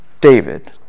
David